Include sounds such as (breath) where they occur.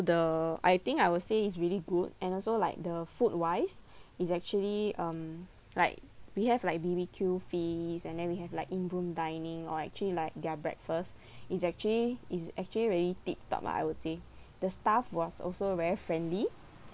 the I think I will say it's really good and also like the food wise (breath) it's actually um like we have like B_B_Q feast and then we have like in-room dining or actually like their breakfast (breath) it's actually it's actually really tip-top lah I would say the staff was also very friendly